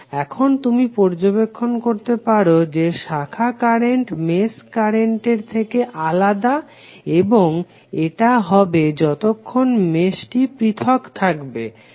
এখন তুমি পর্যবেক্ষণ করতে পারো যে শাখা কারেন্ট মেশ কারেন্টের থেকে আলাদা এবং এটা হবে যতক্ষণ মেশটি পৃথক থাকবে না